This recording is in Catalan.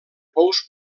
pous